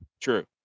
True